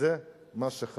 וזה מה שחשוב.